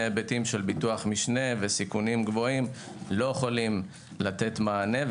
היבטים של ביטוח משנה וסיכונים גבוהים לא יכולים לתת מענה.